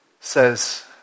says